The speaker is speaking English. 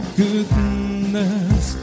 goodness